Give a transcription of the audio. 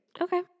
Okay